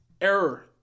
Error